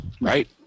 Right